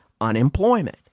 unemployment